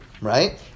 right